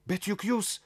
bet juk jūs